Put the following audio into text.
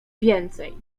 więcej